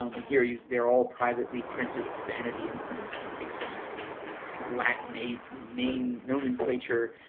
um and here you know they're all privately printed as vanity imprints and he takes um a kind of latin name name nomenclature.